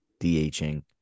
DHing